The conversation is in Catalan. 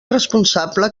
responsable